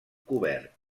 cobert